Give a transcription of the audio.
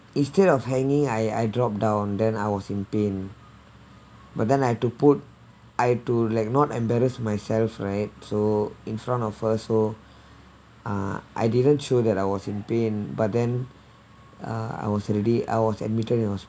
instead of hanging I I drop down then I was in pain but then I have to put I have to like not embarrassed myself right so in front of us so ah I didn't show that I was in pain but then uh I was already I was admitted it was